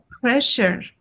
pressure